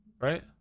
right